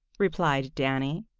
replied danny.